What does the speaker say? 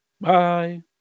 Bye